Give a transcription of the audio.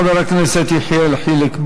תודה לחבר הכנסת יחיאל חיליק בר.